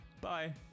Bye